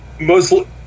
Mostly